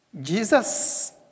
Jesus